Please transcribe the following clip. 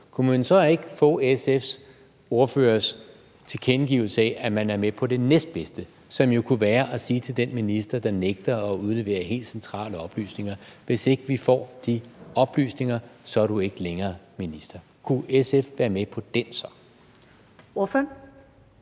kunne man så ikke få SF's ordførers tilkendegivelse af, at man er med på det næstbedste, som jo kunne være at sige til den minister, der nægter at udlevere helt centrale oplysninger, at hvis vi ikke får de oplysninger, så er du ikke længere minister? Kunne SF så være med på den? Kl.